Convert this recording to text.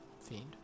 Fiend